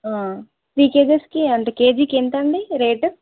three కేజెస్కి ఎంత కేజీకి ఎంతండి రేటు